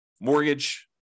mortgage